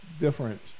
different